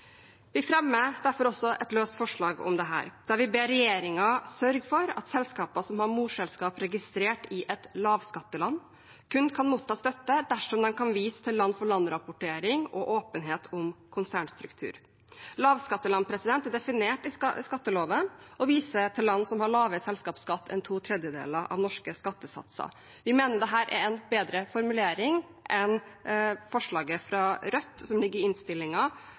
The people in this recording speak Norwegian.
Vi fremmer derfor også et løst forslag om dette, der vi ber regjeringen sørge for at selskaper med morselskap registrert i et lavskatteland kun kan motta støtte dersom man kan vise til land-for-land-rapportering og åpenhet om konsernstruktur. Lavskatteland er definert i skatteloven og viser til land som har lavere selskapsskatt enn to tredjedeler av norske skattesatser. Vi mener dette er en bedre formulering enn forslaget fra Rødt i innstillingen, som